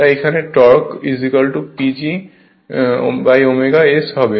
তাই এখানে torque PGω S হবে